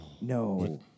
No